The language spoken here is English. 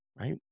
right